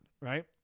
right